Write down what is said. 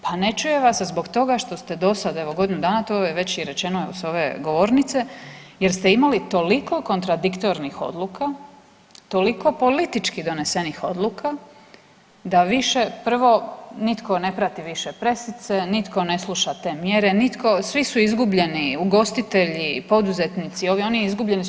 Pa ne čuje vas zbog toga što ste dosad evo godinu dana, to je već i rečeno s ove govornice, jer ste imali toliko kontradiktornih odluka, toliko politički donesenih odluka, da više prvo nitko ne prati više presice, nitko ne sluša te mjere, nitko, svi su izgubljeni, ugostitelji, poduzetnici, ovi, oni, izgubljeni su.